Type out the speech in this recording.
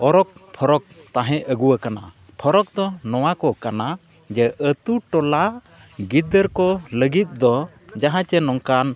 ᱚᱨᱚᱠ ᱯᱷᱚᱨᱚᱠ ᱛᱟᱦᱮᱸ ᱟᱹᱜᱩ ᱟᱠᱟᱱᱟ ᱯᱷᱚᱨᱚᱠ ᱫᱚ ᱱᱚᱣᱟ ᱠᱚ ᱠᱟᱱᱟ ᱡᱮ ᱟᱛᱳ ᱴᱚᱞᱟ ᱜᱤᱫᱟᱹᱨ ᱠᱚ ᱞᱟᱹᱜᱤᱫ ᱫᱚ ᱡᱟᱦᱟᱸ ᱪᱮ ᱱᱚᱝᱠᱟᱱ